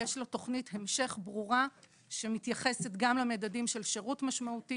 יש לו תוכנית המשך ברורה שמתייחסת גם למדדים של שירות משמעותי,